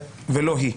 ולא היא.